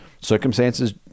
circumstances